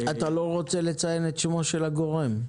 אתה לא רוצה לציין את שמו של הגורם?